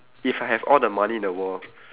if I have all the money in the world